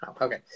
Okay